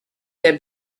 der